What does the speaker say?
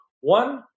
One